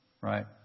right